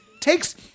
Takes